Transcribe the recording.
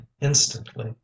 instantly